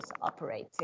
operating